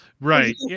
Right